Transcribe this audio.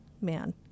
man